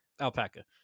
alpaca